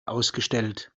ausgestellt